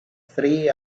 free